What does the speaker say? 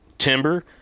timber